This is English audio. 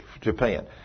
Japan